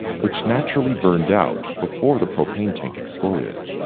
which naturally burned out before the propane tank exploded.